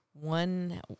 one